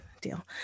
deal